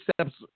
steps